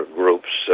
groups